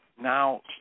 now